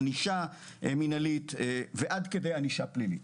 ענישה מינהלית ועד כדי ענישה פלילית.